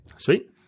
Sweet